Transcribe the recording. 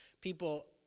people